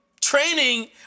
training